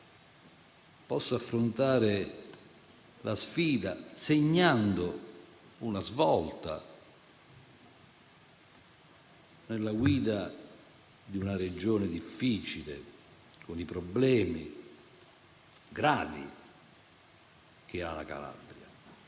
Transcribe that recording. possa affrontare la sfida segnando una svolta nella guida di una Regione difficile, con i problemi gravi che ha la Calabria.